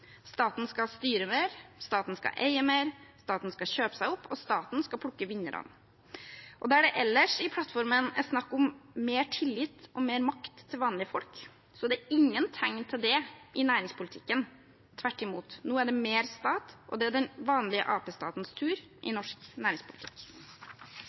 Staten skal styre mer, staten skal eie mer, staten skal kjøpe seg opp, og staten skal plukke vinnerne. Og der det ellers i plattformen er snakk om mer tillit og mer makt til vanlige folk, er det ingen tegn til det i næringspolitikken. Tvert imot, nå er det mer stat, og det er den vanlige Arbeiderparti-statens tur i